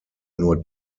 nur